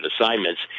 assignments